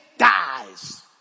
dies